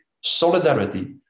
solidarity